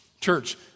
Church